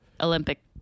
Olympic